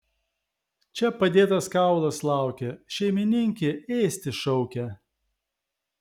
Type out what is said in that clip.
čia padėtas kaulas laukia šeimininkė ėsti šaukia